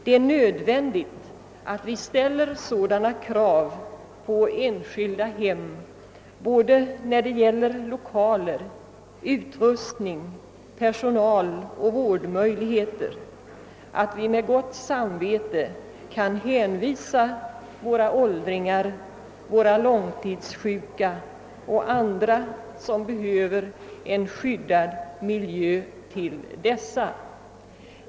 Det är nödvändigt att ställa sådana krav på enskilda hem när det gäller lokaler, utrustning, personal och vårdmöjligheter att vi med gott samvete kan hänvisa våra åldringar, våra långtidssjuka och andra som behöver en skyddad miljö till dessa.